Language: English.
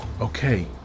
Okay